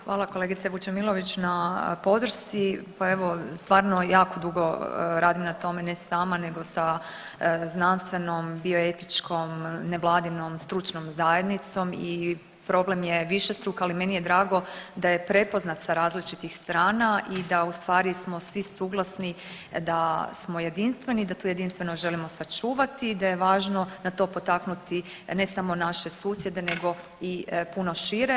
Hvala kolegice Vučemilović na podršci, pa evo stvarno jako dugo radim na tome, ne sama nego sa znanstvenom bioetičkom nevladinom stručnom zajednicom i problem je višestruk, ali meni je drago da je prepoznat sa različitih strana i da u stvari smo svi suglasni da smo jedinstveni i da tu jedinstvenog želimo sačuvati, da je važno na to potaknuti ne samo naše susjede nego i puno šire.